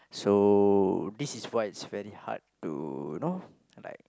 so this is why it's very hard to know like